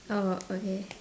orh okay